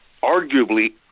arguably